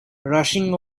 rushing